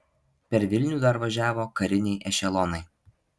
per vilnių dar važiavo kariniai ešelonai